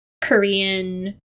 Korean